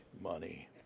money